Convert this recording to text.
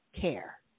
care